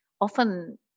often